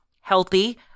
healthy